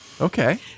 Okay